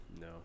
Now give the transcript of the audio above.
No